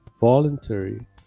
voluntary